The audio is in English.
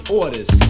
orders